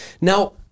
now